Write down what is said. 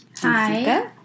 Hi